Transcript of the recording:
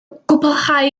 cwblhau